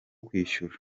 kwishyura